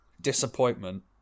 Disappointment